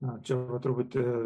na čia buvo truputį